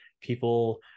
people